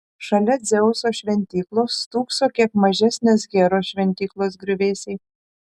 šalia dzeuso šventyklos stūkso kiek mažesnės heros šventyklos griuvėsiai